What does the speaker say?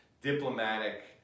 diplomatic